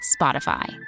Spotify